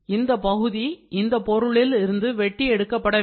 இந்த பகுதி இந்த பொருளில் இருந்து வெட்டி எடுக்கப்பட வேண்டும்